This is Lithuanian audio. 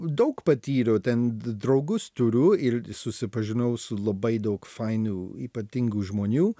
daug patyriau ten draugus turiu ir susipažinau su labai daug fainų ypatingų žmonių